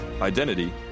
identity